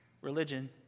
Religion